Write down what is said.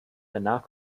danach